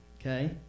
okay